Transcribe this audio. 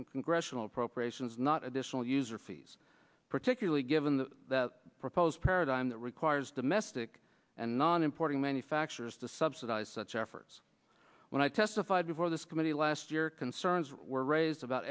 from congressional appropriations not additional user fees particularly given the proposed paradigm that requires domestic and non importing manufacturers to subsidize such efforts when i testified before this committee last year concerns were raised about